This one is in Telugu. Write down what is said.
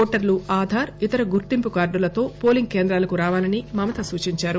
ఓటర్లు ఆధార్ ఇతర గుర్తింపుకార్లులతో పోలింగ్ కేంద్రాలకు రావాలని మమత సూచించారు